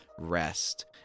rest